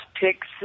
picks